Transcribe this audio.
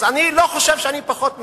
אז אני לא חושב שאני פחות מהם.